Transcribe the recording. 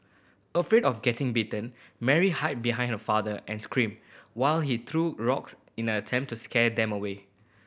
afraid of getting bitten Mary hid behind her father and screamed while he threw rocks in an attempt to scare them away